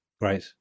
Right